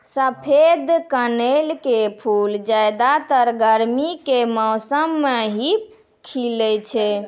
सफेद कनेल के फूल ज्यादातर गर्मी के मौसम मॅ ही खिलै छै